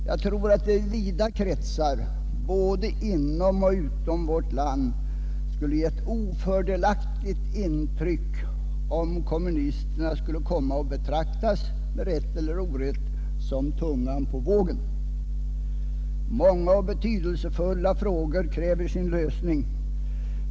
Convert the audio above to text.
Jag tror att det i vida kretsar både inom och utom vårt land skulle ge ett ofördelaktigt intryck om kommunisterna skulle komma att betraktas, med rätt eller orätt, som tungan på vågen. Många och betydelsefulla frågor kräver sin lösning.